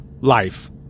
life